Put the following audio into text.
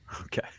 Okay